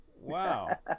wow